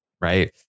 right